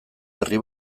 berri